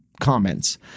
comments